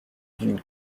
d’une